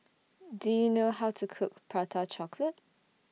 Do YOU know How to Cook Prata Chocolate